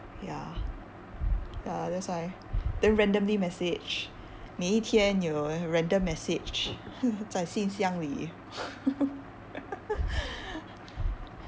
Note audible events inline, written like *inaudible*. ya ya that's why then randomly message 每一天有 random message 在信箱里 *laughs*